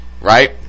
right